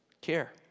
care